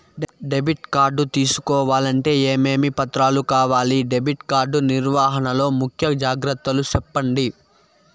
Debit card తీసుకోవాలంటే ఏమేమి పత్రాలు కావాలి? డెబిట్ కార్డు నిర్వహణ లో ముఖ్య జాగ్రత్తలు సెప్పండి?